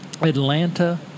Atlanta